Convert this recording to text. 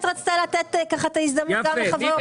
שבאמת רצתה לתת את ההזדמנות גם לחברי האופוזיציה.